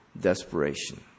desperation